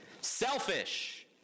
Selfish